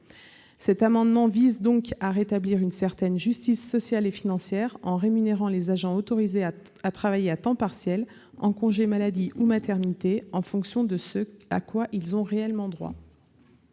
Cet amendement vise donc à rétablir une certaine justice sociale et financière en rémunérant les agents autorisés à travailler à temps partiel, en congé maladie ou maternité, en fonction de ce à quoi ils ont réellement droit.